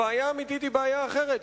הבעיה האמיתית היא בעיה אחרת,